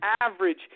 average